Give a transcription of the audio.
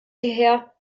hierher